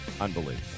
Unbelievable